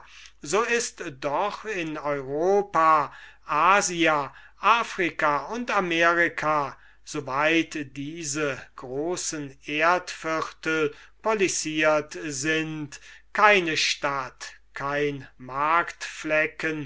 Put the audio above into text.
so ist doch in europa asia africa und america soweit diese große erdviertel policiert sind keine stadt kein